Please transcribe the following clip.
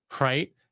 right